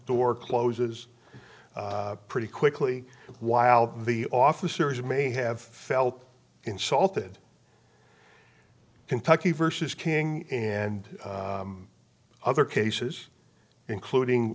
door closes pretty quickly while the officers may have felt insulted kentucky versus king and other cases including